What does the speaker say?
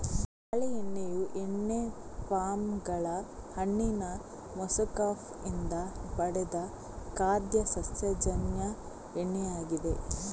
ತಾಳೆ ಎಣ್ಣೆಯು ಎಣ್ಣೆ ಪಾಮ್ ಗಳ ಹಣ್ಣಿನ ಮೆಸೊಕಾರ್ಪ್ ಇಂದ ಪಡೆದ ಖಾದ್ಯ ಸಸ್ಯಜನ್ಯ ಎಣ್ಣೆಯಾಗಿದೆ